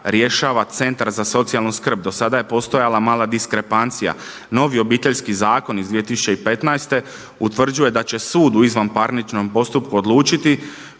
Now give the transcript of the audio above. rješava Centar za socijalnu skrb. Do sada je postojala mala diskrepancija. Novi Obiteljski zakon iz 2015. utvrđuje da će sud u izvanparničnom postupku odlučiti